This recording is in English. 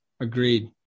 Agreed